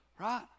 Right